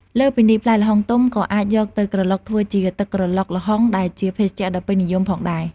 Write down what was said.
លើសពីនេះ ផ្លែល្ហុងទុំក៏អាចយកទៅក្រឡុកធ្វើជា ទឹកក្រឡុកល្ហុង ដែលជាភេសជ្ជៈដ៏ពេញនិយម ផងដែរ។